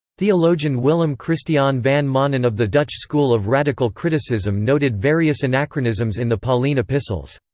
theologian willem christiaan van manen of the dutch school of radical criticism noted various anachronisms in the pauline epistles.